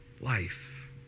life